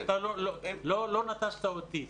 לא נטשת אותי.